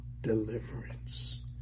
deliverance